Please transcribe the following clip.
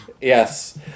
Yes